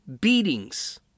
beatings